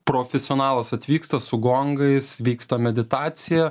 profesionalas atvyksta su gongais vyksta meditacija